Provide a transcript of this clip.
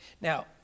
Now